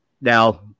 Now